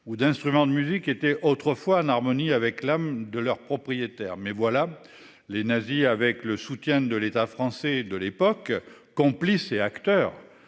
ou d'instruments de musique qui était autrefois en harmonie avec l'âme de leur propriétaire. Mais voilà, les nazis, avec le soutien de l'État français de l'époque complices et acteurs